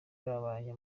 babanye